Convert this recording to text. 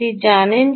আপনি এটি জানেন